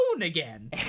again